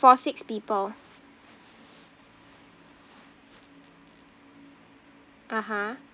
for six people (uh huh)